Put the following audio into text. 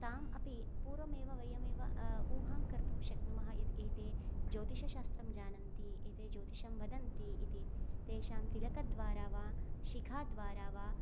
ताम् अपि पूर्वमेव वयमेव ऊहां कर्तुं शक्नुमः एते ज्योतिषशास्त्रं जानन्ति एते ज्योतिषं वदन्ति इति तेषां तिलकद्वारा वा शिखाद्वारा वा